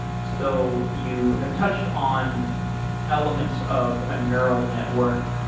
so you have touched on elements of a neural network,